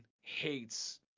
hates